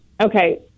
okay